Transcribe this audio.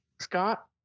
Scott